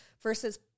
versus